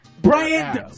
Brian